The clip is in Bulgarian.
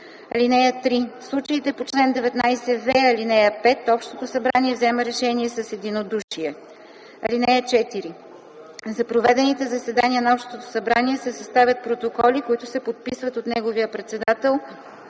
(3) В случаите по чл. 19в, ал. 5 общото събрание взема решения с единодушие. (4) За проведените заседания на общото събрание се съставят протоколи, които се подписват от неговия председател